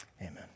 amen